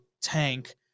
tank